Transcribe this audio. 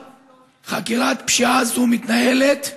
חקירת פשיעה זו מתנהלת בעצלתיים.